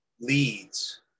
leads